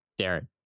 darren